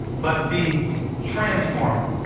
but be transformed,